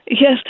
Yes